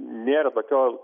nėra tokio